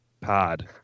pod